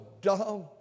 dumb